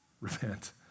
repent